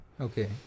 Okay